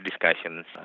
discussions